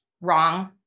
wrong